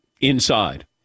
inside